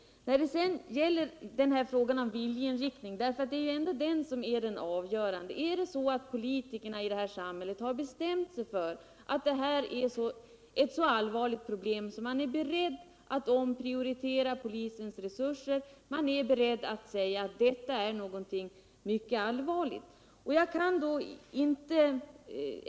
Här är viljeinriktningen ändå det avgörande. Skall politikerna i samhället bestämma sig för att problemen är så stora att de är beredda att omprioritera polisens resurser och säga att detta är någonting mycket allvarligt?